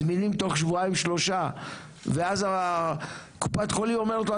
זמינים תוך שבועיים-שלושה ואז קופת החולים אומרת לו,